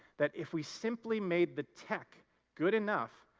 that if we simply made the tech good enough,